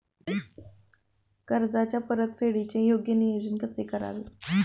कर्जाच्या परतफेडीचे योग्य नियोजन कसे करावे?